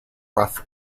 rough